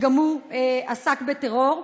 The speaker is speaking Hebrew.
שגם הוא עסק בטרור.